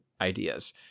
ideas